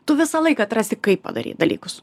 tu visąlaik atrasti kaip padaryti dalykus